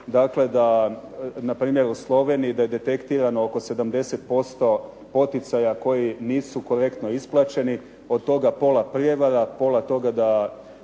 dakle da npr. u Sloveniji da je detektirano oko 70% poticaja koji nisu korektno isplaćeni, od toga pola prijevara, pola toga da